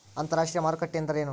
ಅಂತರಾಷ್ಟ್ರೇಯ ಮಾರುಕಟ್ಟೆ ಎಂದರೇನು?